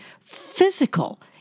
physical